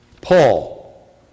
Paul